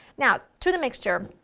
now, to the mixture,